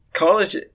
college